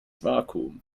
vakuum